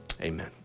amen